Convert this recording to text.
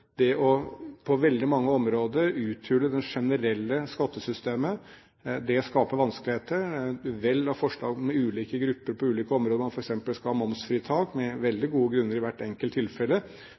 det å uthule det generelle skattesystemet på veldig mange områder skaper vanskeligheter. Det er et vell av forslag om ulike grupper på ulike områder f.eks. skal ha momsfritak, med veldig gode grunner i hvert enkelt tilfelle,